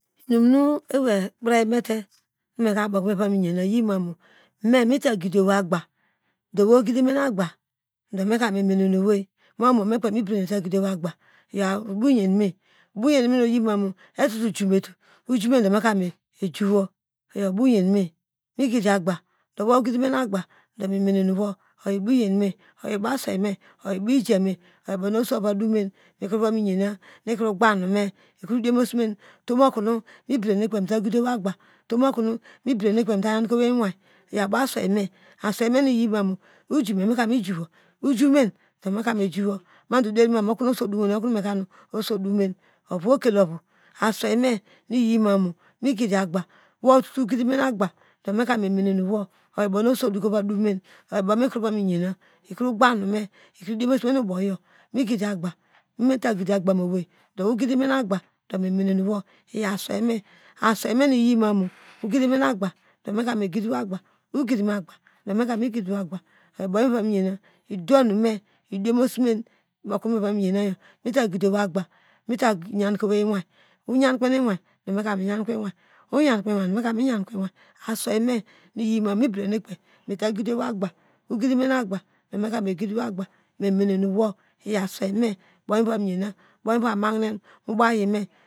Inum nuewei ekpre meta nu meka bomiva miyena oyimamo memeta gidiowo agba dowei ogidime agba do meka me mene newei ma mo mekpei nubedene tagidi agba oyoboyen me oboyemo no yimamo etrogumeta ogomedomeka mejowo megidiagba ba dowo gidime noagbu do memene nowo oyo oboyen me oyobo asweime oyoboijame oyobona oso va dome mekreva meyana no krogban nome ikrodiomoa some otomokono mibedekpei mitagidi owei agba tomokono mibede nekpei meta yanke owei iwei oyobow asweime asweime nu iyimamo ojome mekamijowo ojome domeka mejowo mado derima mo okono oso dom woyo oyobono so osodome ovo okal oyo aswei me noyimamu megidi agba wototugidime do meka megidiwo oyobownu oso dome ikro gban numeta gidi ugba moowi dowei ogidime meme nenowo iyaw aswei mita godiowei agbu mita yanke owei iwai oyankomo no iwai do meka meyakowo iwai asweime no iyimamo mibedenikaoei meta gidiomei agba ogidime nu agba domu ka megidiwo agba me mene nowo iyoasweime.